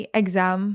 exam